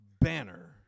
Banner